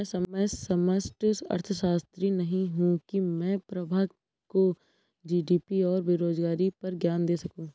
मैं समष्टि अर्थशास्त्री नहीं हूं की मैं प्रभा को जी.डी.पी और बेरोजगारी पर ज्ञान दे सकूं